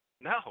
No